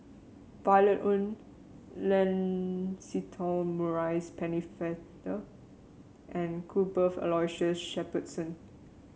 Violet Oon Lancelot Maurice Pennefather and Cuthbert Aloysius Shepherdson